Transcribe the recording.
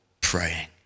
praying